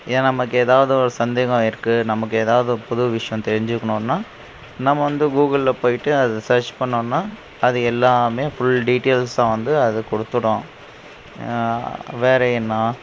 இதே நமக்கு எதாவது ஒரு சந்தேகம் இருக்கு நமக்கு எதாவது புது விஷயம் தெரிஞ்சிக்கனுன்னா நம்ம வந்து கூகுளில் போயிவிட்டு அதை சர்ச் பண்ணோம்ன்னா அது எல்லாமே ஃபுல் டீடெயில்ஸாக வந்து அது கொடுத்துடும் வேறு என்ன